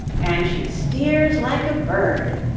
and she steers like a bird,